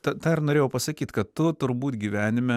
tą tą ir norėjau pasakyti kad tu turbūt gyvenime